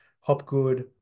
Hopgood